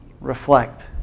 reflect